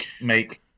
make